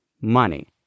money